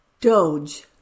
doge